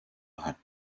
hat